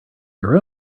your